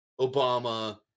Obama